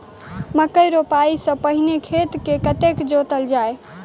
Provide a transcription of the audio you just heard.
मक्का रोपाइ सँ पहिने खेत केँ कतेक जोतल जाए?